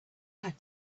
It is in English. had